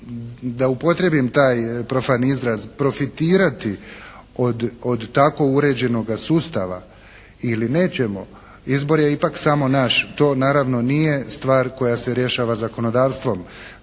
da upotrijebim taj profan izraz, profitirati od tako uređenoga sustava ili nećemo, izbor je ipak samo naš. To naravno nije stvar koja se rješava zakonodavstvom.